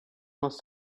must